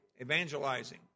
evangelizing